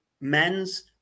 men's